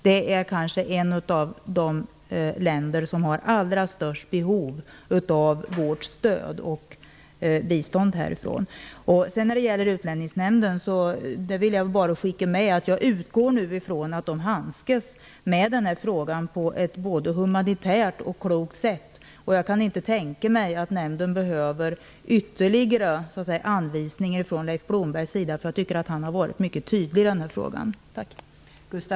Eritrea är ett av de länder som har det kanske allra största behovet av bistånd från oss. När det gäller Utlänningsnämnden vill jag bara skicka med det budskapet att jag utgår från att den handskas med den här frågan på ett både humanitärt och klokt sätt. Jag kan inte tänka mig att nämnden behöver några ytterligare anvisningar från Leif Blomberg. Jag tycker att han har varit mycket tydlig i denna fråga.